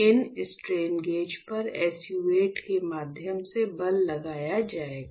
इन strain gauge पर SU 8 के माध्यम से बल लगाया जाएगा